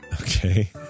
Okay